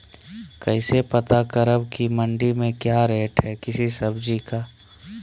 कैसे पता करब की मंडी में क्या रेट है किसी सब्जी का?